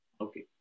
Okay